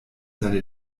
seine